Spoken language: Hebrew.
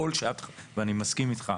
ואני מסכים איתך,